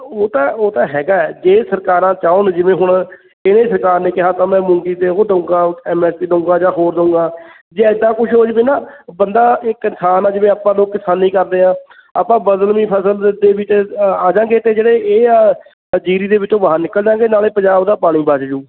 ਉਹ ਤਾਂ ਉਹ ਤਾਂ ਹੈਗਾ ਜੇ ਸਰਕਾਰਾਂ ਚਾਹੁੰਣ ਜਿਵੇਂ ਹੁਣ ਇਹਨੇ ਸਰਕਾਰ ਨੇ ਕਿਹਾ ਤਾਂ ਮੈਂ ਮੂੰਗੀ ਅਤੇ ਉਹ ਦਊਗਾ ਐੱਮ ਐੱਸ ਪੀ ਦਊਗਾ ਜਾਂ ਹੋਰ ਦਊਗਾ ਜੇ ਇੱਦਾਂ ਕੁਛ ਹੋ ਜਾਵੇ ਨਾ ਬੰਦਾ ਇਹ ਕਿਸਾਨ ਆ ਜਿਵੇਂ ਆਪਾਂ ਲੋਕ ਕਿਸਾਨੀ ਕਰਦੇ ਹਾਂ ਆਪਾਂ ਬਦਲਵੀ ਫਸਲ 'ਤੇ ਆ ਜਾਂਗੇ ਅਤੇ ਜਿਹੜੇ ਇਹ ਆ ਜੀਰੀ ਦੇ ਵਿੱਚੋਂ ਬਾਹਰ ਨਿਕਲਾਂਗੇ ਨਾਲੇ ਪੰਜਾਬ ਦਾ ਪਾਣੀ ਬੱਚ ਜੂ